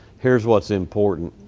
here's what's important.